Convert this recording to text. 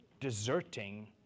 deserting